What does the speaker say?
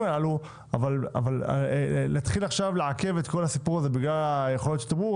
האלו אבל להתחיל עכשיו לעכב את כל הסיפור הזה בגלל היכולת של תמרור,